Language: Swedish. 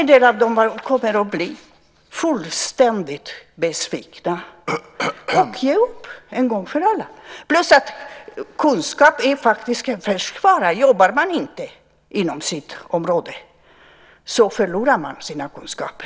En del av dem kommer att bli fullständigt besvikna och ge upp en gång för alla. Kunskap är en färskvara: Jobbar man inte inom sitt område förlorar man sina kunskaper.